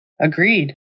Agreed